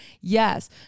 yes